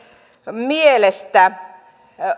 mielestä